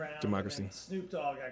democracy